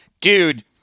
dude